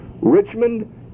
richmond